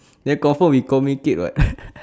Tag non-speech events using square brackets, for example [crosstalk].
then confirm we communicate [what] [noise]